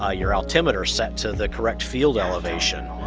ah your altimeter's set to the correct field elevation,